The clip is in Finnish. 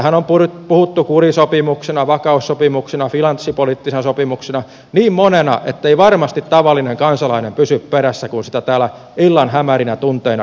tästähän on puhuttu kurisopimuksena vakaussopimuksena finanssipoliittisena sopimuksena niin monena ettei varmasti tavallinen kansalainen pysy perässä kun sitä täällä illan hämärinä tunteina käsitellään